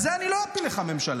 על זה אני לא אפיל לך ממשלה.